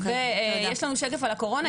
יש לנו שקף על הקורונה.